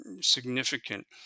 significant